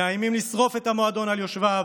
מאיימים לשרוף את המועדון על יושביו